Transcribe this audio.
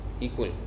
equal